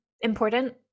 important